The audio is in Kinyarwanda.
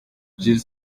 jules